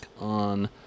on